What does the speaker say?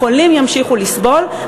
החולים ימשיכו לסבול,